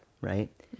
right